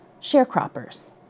sharecroppers